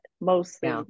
mostly